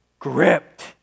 Gripped